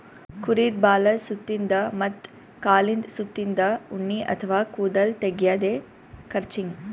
ಕುರಿದ್ ಬಾಲದ್ ಸುತ್ತಿನ್ದ ಮತ್ತ್ ಕಾಲಿಂದ್ ಸುತ್ತಿನ್ದ ಉಣ್ಣಿ ಅಥವಾ ಕೂದಲ್ ತೆಗ್ಯದೆ ಕ್ರಚಿಂಗ್